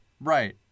Right